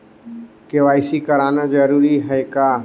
KYC कराना जरूरी है का?